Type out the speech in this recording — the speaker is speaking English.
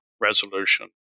resolution